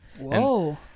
Whoa